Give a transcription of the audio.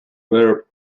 verb